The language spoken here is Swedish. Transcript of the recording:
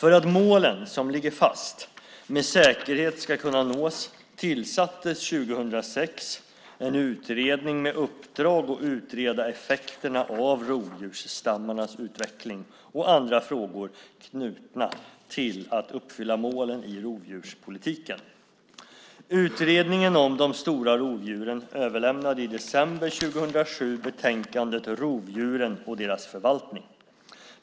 För att målen, som ligger fast, med säkerhet ska kunna nås tillsattes 2006 en utredning med uppdrag att utreda effekterna av rovdjursstammarnas utveckling och andra frågor knutna till att uppfylla målen i rovdjurspolitiken. Utredningen om de stora rovdjuren överlämnade i december 2007 betänkandet Rovdjuren och deras förvaltning .